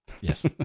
Yes